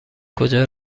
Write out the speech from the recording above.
کجا